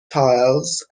tiles